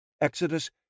Exodus